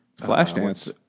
Flashdance